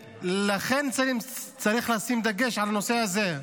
לכן צריך לשים דגש על הנושא הזה.